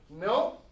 No